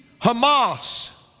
Hamas